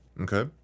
Okay